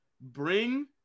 bring